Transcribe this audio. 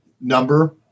number